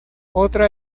otra